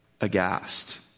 aghast